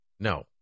No